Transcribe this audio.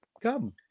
come